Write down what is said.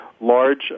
large